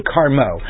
Carmo